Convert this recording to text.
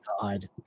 god